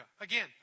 Again